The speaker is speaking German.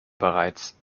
bereits